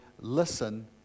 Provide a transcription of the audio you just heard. listen